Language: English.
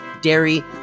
dairy